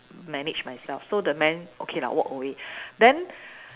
manage myself so the man okay lah walk away then